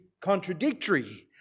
Contradictory